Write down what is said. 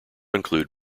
include